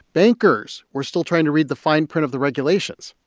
bankers were still trying to read the fine print of the regulations.